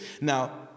Now